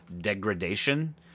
degradation